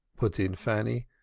put in fanny.